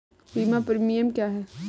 बीमा प्रीमियम क्या है?